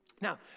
Now